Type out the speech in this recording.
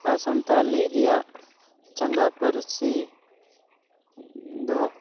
ᱟᱨ ᱥᱟᱱᱛᱟᱞᱤ ᱨᱮᱭᱟᱜ ᱪᱟᱸᱜᱟ ᱯᱟᱹᱨᱥᱤ ᱫᱚ